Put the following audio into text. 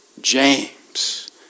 James